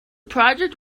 project